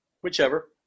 whichever